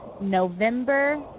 November